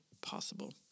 possible